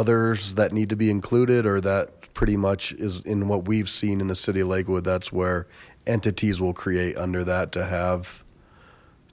others that need to be included or that pretty much is in what we've seen in the city of lakewood that's where entities will create under that to have